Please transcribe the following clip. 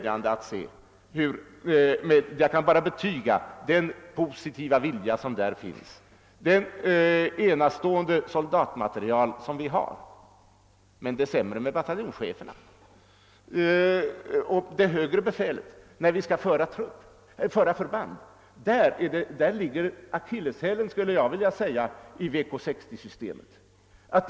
Jag kan betyga den positiva vilja som finns, det enastående soldatmaterial som vi har. Men det är sämre beställt med utbildningen för bataljonscheferna och det högre befälet när det gäller att föra förband. Där är akilleshälen i VU-60-systemet.